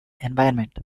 environment